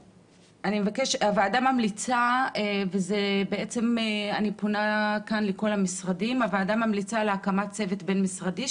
הוועדה ממליצה ואני פונה כאן לכל המשרדים על הקמת צוות בין-משרדי,